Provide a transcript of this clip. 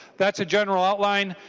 that's a general outline.